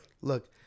look